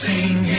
Sing